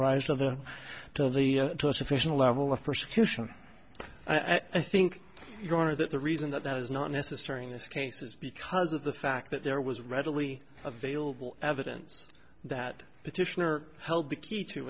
to the to the to a sufficient level of persecution i think that the reason that that is not necessary in this case is because of the fact that there was readily available evidence that petitioner held the key to